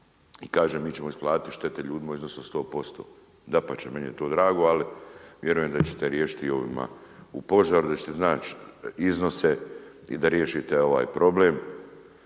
i kaže, mi ćemo isplatiti štete ljudima u iznosu od 100%. Dapače meni je to drago, ali vjerujem da ćete riješiti i ovima u požaru, da ćete iznaći iznose i da riješite ovaj problem,